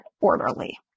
orderly